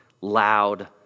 loud